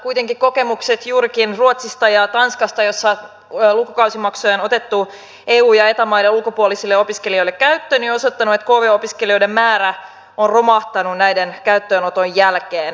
kuitenkin kokemukset juurikin ruotsista ja tanskasta joissa lukukausimaksuja on otettu eu ja eta maiden ulkopuolisille opiskelijoille käyttöön ovat osoittaneet että kv opiskelijoiden määrä on romahtanut näiden käyttöönoton jälkeen